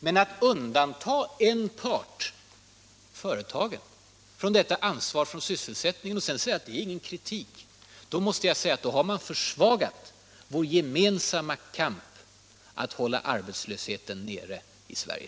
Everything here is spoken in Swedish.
Men om man undantar en part — företagen — från detta ansvar för sysselsättningen och sedan säger att det inte innebär någon kritik, då försvagas vår gemensamma kamp att hålla arbetslösheten nere i Sverige.